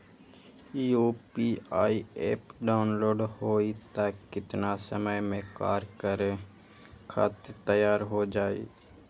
UPI app download होई त कितना समय मे कार्य करे खातीर तैयार हो जाई?